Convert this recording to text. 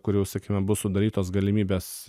kur jau sakykime bus sudarytos galimybės